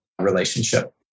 relationship